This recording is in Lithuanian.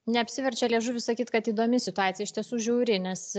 neapsiverčia liežuvis sakyt kad įdomi situacija iš tiesų žiauri nes